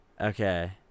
Okay